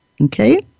Okay